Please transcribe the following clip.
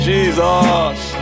Jesus